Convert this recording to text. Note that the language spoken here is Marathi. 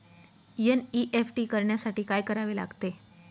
एन.ई.एफ.टी करण्यासाठी काय करावे लागते?